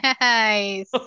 Nice